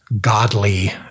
godly